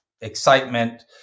excitement